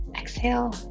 exhale